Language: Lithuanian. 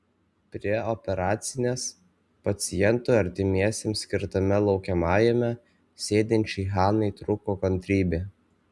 prie operacinės pacientų artimiesiems skirtame laukiamajame sėdinčiai hanai trūko kantrybė